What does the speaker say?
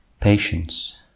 patience